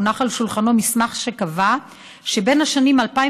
הונח על שולחנו מסמך שקבע שבשנים 2009